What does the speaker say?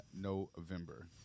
November